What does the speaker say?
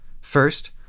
First